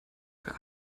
für